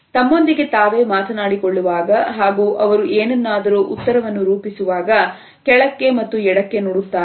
ತಮ್ಮೊಂದಿಗೆ ತಾವೇ ಮಾತನಾಡಿ ಕೊಳ್ಳುವಾಗ ಹಾಗೂ ಅವರು ಏನನ್ನಾದರೂ ಉತ್ತರವನ್ನು ರೂಪಿಸುವಾಗ ಕೆಳಕ್ಕೆ ಮತ್ತು ಎಡಕ್ಕೆ ನೋಡುತ್ತಾರೆ